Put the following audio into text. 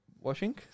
washing